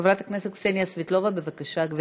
חברת הכנסת קסניה סבטלובה, בבקשה, גברתי.